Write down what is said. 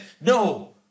No